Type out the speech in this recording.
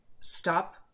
stop